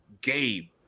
Gabe